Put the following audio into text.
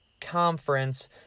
conference